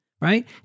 right